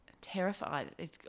terrified